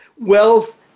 wealth